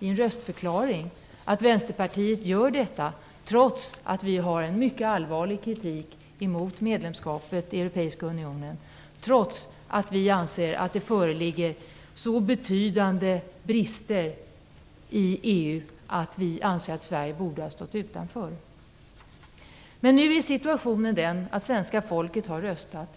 i en röstförklaring att Vänsterpartiet gör detta trots att vi har mycket allvarlig kritik mot medlemskapet i Europeiska unionen och trots att vi anser att det föreligger så betydande brister i EU att vi menar att Sverige borde ha stått utanför. Men nu är situationen den att svenska folket har röstat.